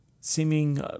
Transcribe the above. seeming